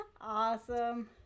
awesome